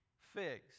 figs